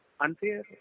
unfair